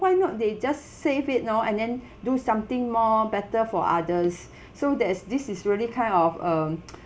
why not they just save it now and then do something more better for others so there's this is really kind of um